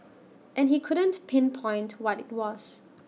and he couldn't pinpoint what IT was